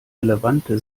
relevante